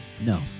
No